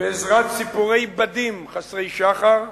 בעזרת סיפורי בדים, חסרי שחר,